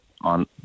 on